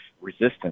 resistance